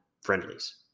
friendlies